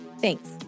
Thanks